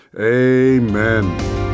amen